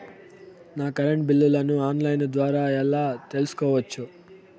నా కరెంటు బిల్లులను online ద్వారా ఎలా తెలుసుకోవచ్చు?